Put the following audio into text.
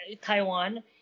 Taiwan